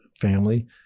family